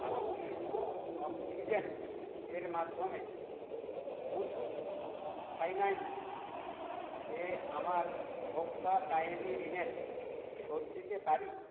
আমি কি অক্সিজেন এর মাধ্যমে মুথুট ফাইন্যান্স এ আমার ভোক্তা কায়েমী ঋণের শোধ দিতে পারি